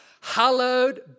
hallowed